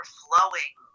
flowing